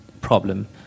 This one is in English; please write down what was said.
problem